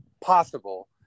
possible